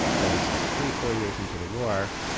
where it was like three, four years into the war,